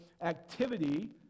activity